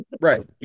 right